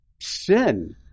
sin